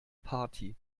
party